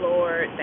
Lord